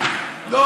ממש לא.